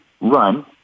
run